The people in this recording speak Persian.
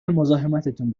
مزاحمتتون